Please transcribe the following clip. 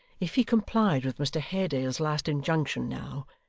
if he complied with mr haredale's last injunction now,